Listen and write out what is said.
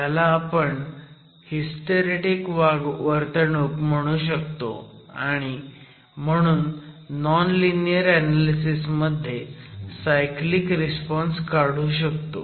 ह्याला आपण हिस्टेरेटिक वर्तणूक म्हणू शकतो आणि म्हणून नॉन लिनीयर ऍनॅलिसीस मध्ये सायक्लिक रिस्पॉन्स काढू शकतो